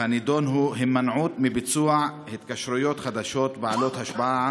והנדון הוא "הימנעות מביצוע התקשרויות חדשות בעלות השפעה